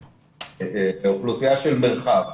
אוכלוסייה של מרחב.